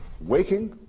waking